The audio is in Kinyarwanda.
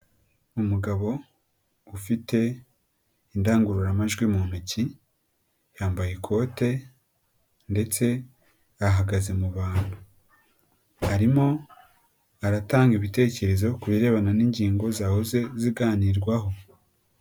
Umugabo ufite indangururamajwi mu ntoki, yambaye ikote ndetse ahagaze mu bantu, arimo aratanga ibitekerezo ku birebana n'ingingo zahoze ziganirwaho.